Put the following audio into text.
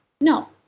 No